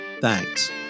Thanks